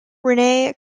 renee